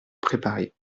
préparer